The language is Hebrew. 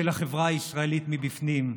של החברה הישראלית מבפנים.